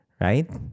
Right